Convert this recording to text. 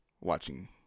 watching